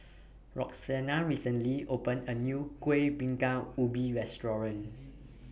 Roxanna recently opened A New Kuih Bingka Ubi Restaurant